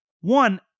One